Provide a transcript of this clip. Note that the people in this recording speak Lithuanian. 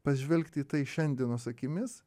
pažvelgti į tai šiandienos akimis